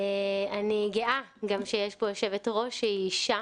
אני גאה שיש פה יושבת ראש שהיא אישה,